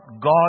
God